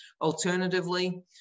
Alternatively